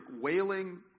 wailing